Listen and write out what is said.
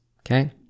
Okay